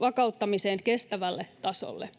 vakauttamiseen kestävälle tasolle,